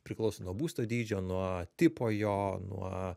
priklauso nuo būsto dydžio nuo tipo jo nuo